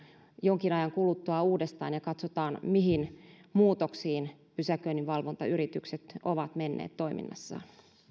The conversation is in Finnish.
jonkin ajan kuluttua uudestaan ja katsotaan mihin muutoksiin pysäköinninvalvontayritykset ovat menneet toiminnassaan